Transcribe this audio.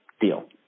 Deal